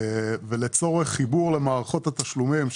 לצורך חיבור למערכות התשלומים,